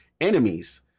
enemies